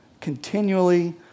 continually